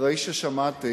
אחרי ששמעתי